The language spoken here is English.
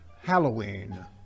Halloween